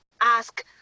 ask